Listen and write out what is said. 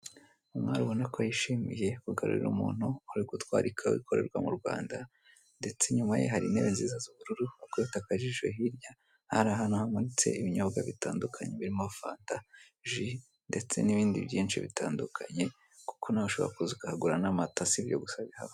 Umwari ubona ko yishimiye kugarurira umuntu utwaye ikawa ikorerwa mu Rwanda, ndetse inyumaye hari inebe nziza z'ubururu, wakubita akajisho hirya hari ahanu hamanitse ibinyobwa bitandukanye harimo: fanta, amaji ndetse n'ibindi byishi bitandukanye kuko nawe ushobora kuhaza ukigurira amata sibyo gusa bihaba.